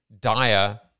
dire